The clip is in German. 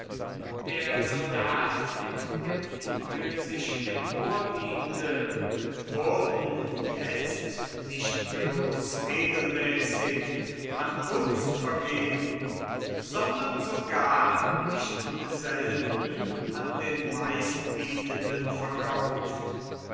der soldat mit der pike sich empordiente wurden jetzt nicht bloß regelmäßig nach gunst vergeben sondern sogar nicht selten an den meistbietenden verkauft